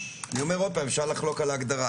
אני אומר עוד פעם אפשר לחלוק על ההגדרה,